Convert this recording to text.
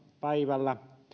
päivällä